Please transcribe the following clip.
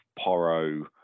Porro